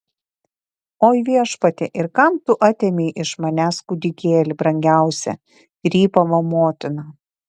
oi viešpatie ir kam tu atėmei iš manęs kūdikėlį brangiausią rypavo motina